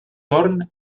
torn